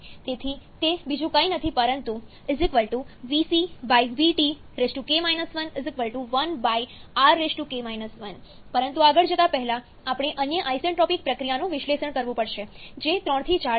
તેથી તે બીજું કંઈ નથી પરંતુ vc vtk 1 1rk 1 પરંતુ આગળ જતા પહેલા આપણે અન્ય આઇસેન્ટ્રોપિક પ્રક્રિયાનું વિશ્લેષણ કરવું પડશે જે 3 થી 4 છે